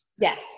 Yes